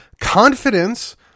confidence